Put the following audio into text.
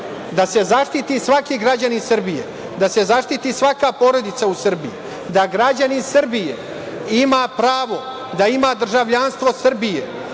da se zaštiti svaki građanin Srbije, da se zaštiti svaka porodica u Srbiji, da građanin Srbije ima pravo da ima državljanstvo Srbije,